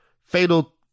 fatal